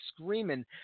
screaming